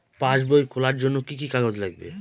পাসবই খোলার জন্য কি কি কাগজ লাগবে?